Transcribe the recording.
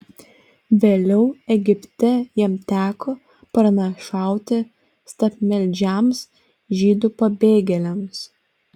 vėliau egipte jam teko pranašauti stabmeldžiams žydų pabėgėliams